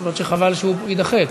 אף שחבל שהוא יידחה,